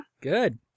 Good